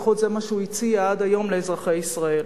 לפחות זה מה שהוא הציע עד היום לאזרחי ישראל.